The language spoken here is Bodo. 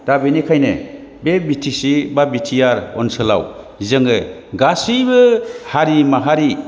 दा बेनिखायनो बे बि टि सि एबा बि टि आर ओनसोलाव जोङो गासैबो हारि माहारि